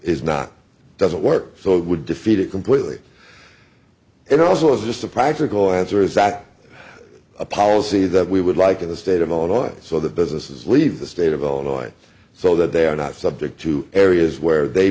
is not doesn't work so it would defeat it completely else was just a practical answer is that a policy that we would like in the state of illinois so that businesses leave the state of illinois so that they are not subject to areas where they